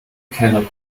cannot